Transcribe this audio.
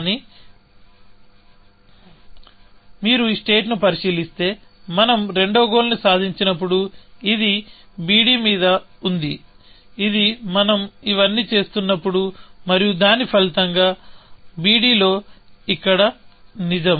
కానీ మీరు ఈ స్టేట్ ని పరిశీలిస్తే మనం రెండవ గోల్ ని సాధించినప్పుడు ఇది bd మీద ఉంది ఇది మనం ఇవన్నీ చేస్తున్నప్పుడు మరియు దాని ఫలితంగా bd లో ఇక్కడ నిజం